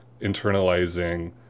internalizing